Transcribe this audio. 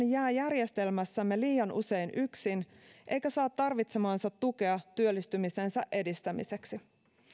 jää järjestelmässämme liian usein yksin eikä saa tarvitsemaansa tukea työllistymisensä edistämiseksi